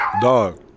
Dog